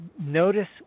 notice